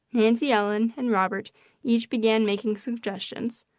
nancy ellen and robert each began making suggestions,